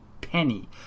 penny